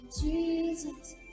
Jesus